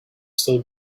still